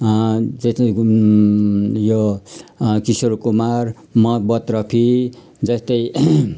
जस्तै कि यो किशोर कुमार मोहम्मद रफी जस्तै